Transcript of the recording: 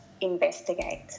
investigate